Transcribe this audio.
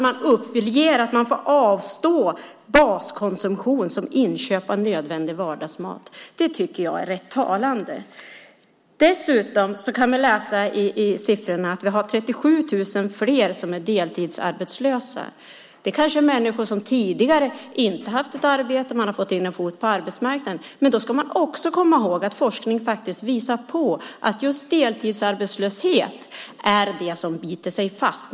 Man uppger att man får avstå från baskonsumtion som inköp av nödvändig vardagsmat. Det tycker jag är rätt talande. Dessutom kan man läsa i siffrorna att 37 000 fler är deltidsarbetslösa. Det kanske är människor som tidigare inte haft ett arbete och som har fått in en fot på arbetsmarknaden, men vi ska också komma ihåg att forskning visar att just deltidsarbetslöshet är det som biter sig fast.